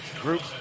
group